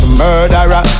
murderer